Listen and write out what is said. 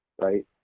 right